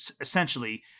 essentially